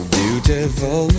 beautiful